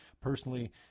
personally